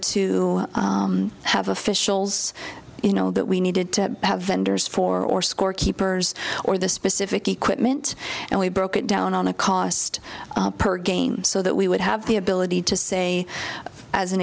to have officials you know that we needed to have vendors for scorekeepers or the specific equipment and we broke it down on a cost per game so that we would have the ability to say as an